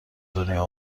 دنیا